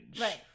Right